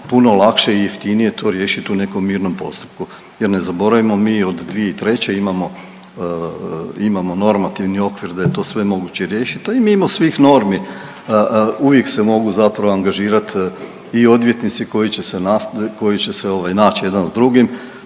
puno lakše i jeftinije to riješit u nekom mirnom postupku jer ne zaboravimo mi od 2003. imamo normativni okvir da je to sve moguće riješit, a i mimo svih normi uvijek se mogu zapravo angažirat i odvjetnici koji će se naći jedan s drugim